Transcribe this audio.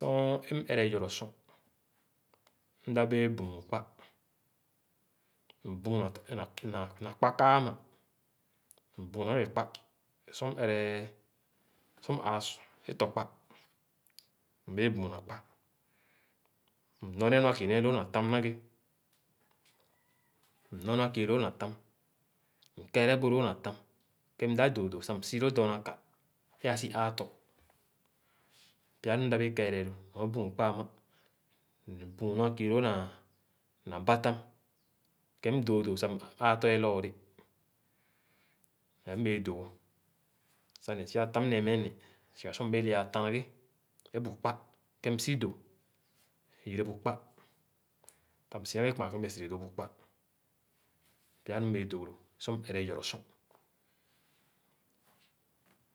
Sor é m-éré yɔrɔh sor, mdã bẽẽ büün kpa, mbüün na kpa kaa ãmã; mbüüm éréba béé kpa é sor é m-ere, sor m̃-ãã sch é tɔkpa. Mbẽẽ büün na kpa m-nɔ nee nua kii nee loo na tam na ghe. M-nɔ nua kii loo na tam, m-keerebu lõõ na tam, kẽ mdãp dõõ do msi loo dɔɔna ka é ã sii aatɔ. Pya nu mda bẽẽ kẽẽrẽ lo, nɔ büün kpa ãmã ne büün nu ã kii lõõ na batam kẽ mdõõdò sah m-ãã tɔ ye lɔɔre ẽẽ mbẽẽ dõõ ã. Sah ne pya tam nẽẽ meh ne, siga sor mhẽẽ le ãã tán na ghe é bu kpa ké m̃ si dó yẽrẽbu kpa. Sah msi na ghe kpããn ké mbẽẽ sere dó bu kpa. Pya nu mbẽẽ dõõ sor m-ere yɔrɔh sor.